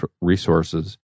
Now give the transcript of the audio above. resources